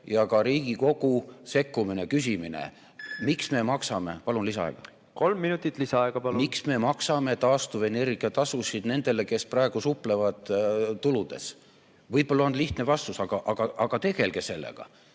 ja ka Riigikogu sekkumine, küsimine, miks me maksame? Palun lisaaega Kolm minutit lisaaega, palun. Kolm minutit lisaaega, palun. Miks me maksame taastuvenergia tasusid nendele, kes praegu suplevad tuludes? Võib-olla on lihtne vastus, aga tegelge sellega.